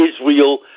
Israel